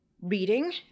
Reading